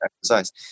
exercise